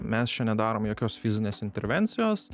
mes čia nedarom jokios fizinės intervencijos